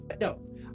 No